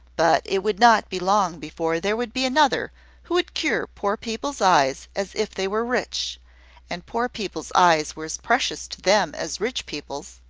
but it would not be long before there would be another who would cure poor people's eyes as if they were rich and poor people's eyes were as precious to them as rich people's